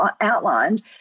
outlined